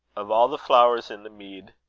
of all the flowers in the mead,